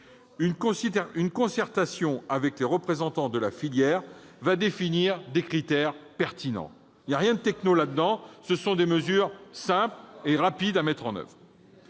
Une concertation avec les représentants de la filière va définir des critères pertinents. Une usine à gaz ! Il n'y a là rien de « techno », ce sont des mesures simples et rapides à mettre en oeuvre.